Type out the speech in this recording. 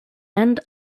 and